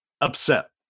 upset